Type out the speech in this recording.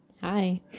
Hi